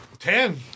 Ten